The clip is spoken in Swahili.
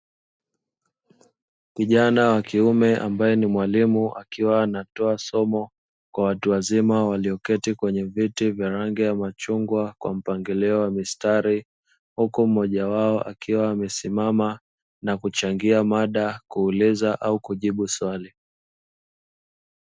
Kijana wakiume ambaye ni mwalimu akiwa anatoa somo kwa watu wazima walioketi kwenye viti vya rangi ya machungwa kwa mpangilio wa mistari huku mmoja wao akiwa amesimama na kuchangia mada ,kuuliza au kujibu swali..